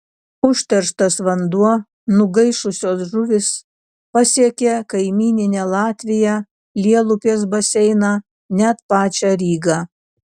užterštas vanduo nugaišusios žuvys pasiekė kaimyninę latviją lielupės baseiną net pačią rygą